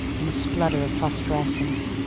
in a splutter of phosphorescence.